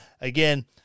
Again